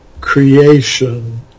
creation